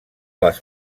les